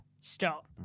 stop